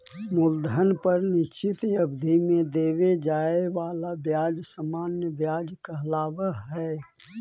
मूलधन पर निश्चित अवधि में देवे जाए वाला ब्याज सामान्य व्याज कहलावऽ हई